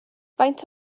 faint